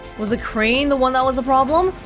was the crane the one that was the problem?